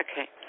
Okay